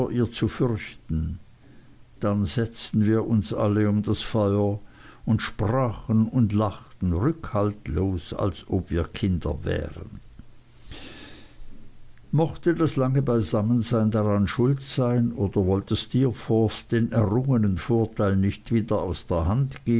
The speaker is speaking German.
ihr zu fürchten dann setzten wir uns alle um das feuer und sprachen und lachten rückhaltlos als ob wir kinder wären mochte das lange beisammensitzen daran schuld sein oder wollte steerforth den errungenen vorteil nicht wieder aus der hand